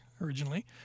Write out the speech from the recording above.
originally